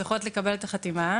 צריכות לקבל את החתימה.